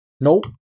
Nope